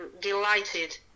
delighted